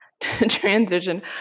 Transition